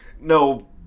no